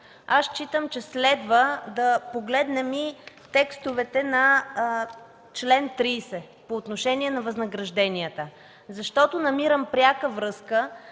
считам, че следва да погледнем и текстовете на чл. 30 по отношение на възнагражденията. Защото намирам пряка връзка